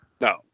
No